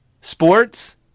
sports